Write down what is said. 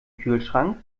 kühlschrank